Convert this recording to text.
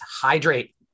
Hydrate